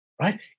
Right